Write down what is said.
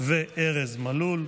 וארז מלול.